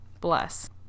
Bless